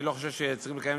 אני לא חושב שצריכים לקיים